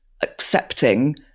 accepting